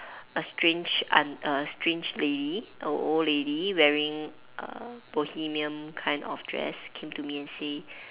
a strange aunt a strange lady a old lady wearing a bohemian kind of dress came to me and say